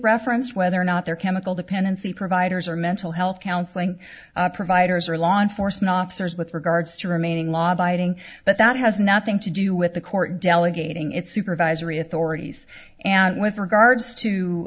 referenced whether or not their chemical dependency providers or mental health counseling providers or law enforcement officers with regards to remaining law abiding but that has nothing to do with the court delegating its supervisory authorities and with regards to